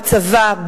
בצבא,